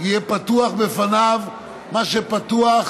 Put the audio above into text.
יהיה פתוח בפניו מה שפתוח